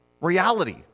reality